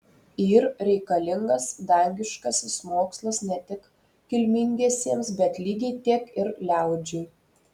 yr reikalingas dangiškasis mokslas ne tik kilmingiesiems bet lygiai tiek ir liaudžiai